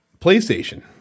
PlayStation